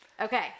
Okay